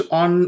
on